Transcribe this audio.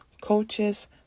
coaches